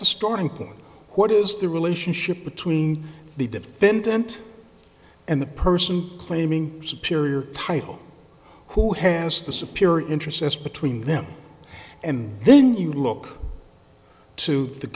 the starting point what is the relationship between the defendant and the person claiming superior title who has the sapir interests as between them and then you look to the